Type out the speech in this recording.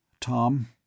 Tom